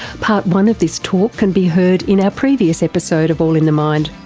part one of this talk can be heard in our previous episode of all in the mind.